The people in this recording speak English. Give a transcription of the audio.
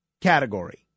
category